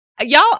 y'all